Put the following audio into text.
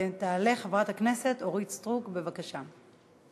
תעלה חברת הכנסת אורית סטרוק, בבקשה.